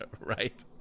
right